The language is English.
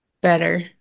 better